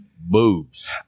boobs